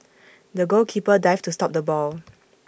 the goalkeeper dived to stop the ball